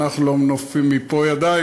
אנחנו לא מנופפים מפה בידיים,